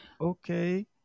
Okay